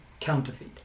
counterfeit